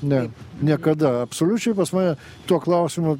ne niekada absoliučiai pas mane tuo klausimu